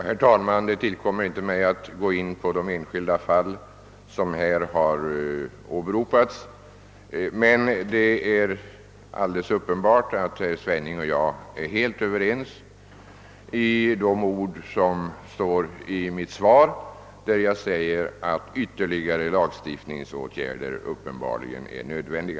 Herr talman! Det tillkommer inte mig att gå in på de enskilda fall som här åberopats. Men det är alldeles uppenbart att herr Svenning och jag är helt överens om att — som jag framhållit i mitt svar — ytterligare lagstiftningsåtgärder uppenbarligen är nödvändiga.